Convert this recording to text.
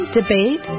debate